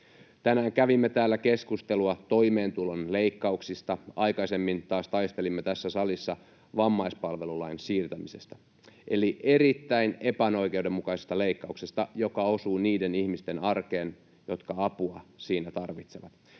Tänään kävimme täällä keskustelua toimeentulon leikkauksista, aikaisemmin taas taistelimme tässä salissa vammaispalvelulain siirtämisestä, eli erittäin epäoikeudenmukaisesta leikkauksesta, joka osuu niiden ihmisten arkeen, jotka apua siinä tarvitsevat.